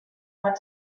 want